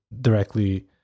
directly